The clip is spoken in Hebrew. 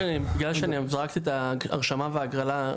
אופיר רק בגלל שזרקתי את ההרשמה וההגרלה,